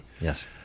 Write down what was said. yes